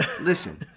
listen